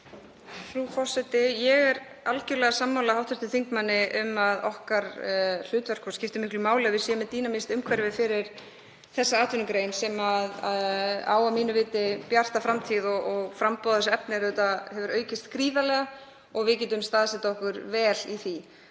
Frú forseti. Ég er algjörlega sammála hv. þingmanni um okkar hlutverk og það skiptir miklu máli að við séum með dýnamískt umhverfi fyrir þessa atvinnugrein sem á að mínu viti bjarta framtíð. Framboð á efni hefur auðvitað aukist gríðarlega og við getum staðsett okkur vel í því.